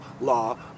law